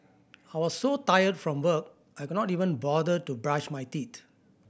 I was so tired from work I could not even bother to brush my teeth